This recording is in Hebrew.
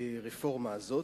לרפורמה הזאת.